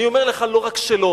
אני אומר לך: לא רק שלא,